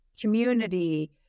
community